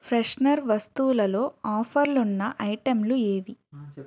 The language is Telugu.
ఫ్రెషనర్ వస్తువులులో ఆఫర్లున్న ఐటెంలు ఏవి